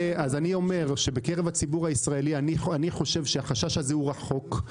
בקרב הציבור הישראלי, לדעתי, החשש הזה הוא רחוק.